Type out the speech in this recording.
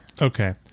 okay